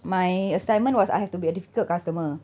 my assignment was I have to be a difficult customer